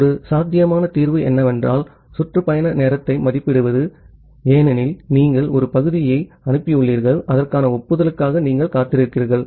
ஆகவே ஒரு சாத்தியமான தீர்வு என்னவென்றால் சுற்று பயண நேரத்தை மதிப்பிடுவது ஏனெனில் நீங்கள் ஒரு பகுதியை அனுப்பியுள்ளீர்கள் அதற்கான ஒப்புதலுக்காக நீங்கள் காத்திருக்கிறீர்கள்